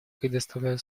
предоставляю